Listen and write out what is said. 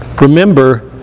Remember